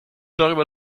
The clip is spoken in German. darüber